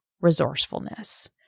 resourcefulness